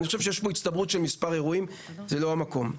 אני חושב שיש פה הצטברות של מספר אירועים ללא קשר למקום.